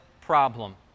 problem